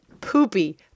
Poopy